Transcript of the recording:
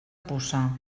puça